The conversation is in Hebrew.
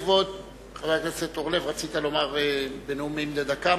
חבר הכנסת אורלב, רצית לומר משהו בנאומים בני דקה?